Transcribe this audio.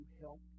help